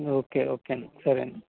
okay okay అండి సరే అండి